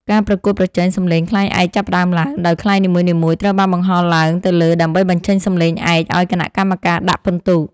ការប្រកួតប្រជែងសំឡេងខ្លែងឯកចាប់ផ្ដើមឡើង ដោយខ្លែងនីមួយៗត្រូវបានបង្ហោះឡើងទៅលើដើម្បីបញ្ចេញសំឡេងឯក ឱ្យគណៈកម្មការដាក់ពិន្ទុ។